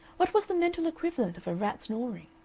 what was the mental equivalent of a rat's gnawing?